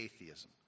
atheism